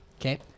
Okay